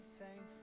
thankful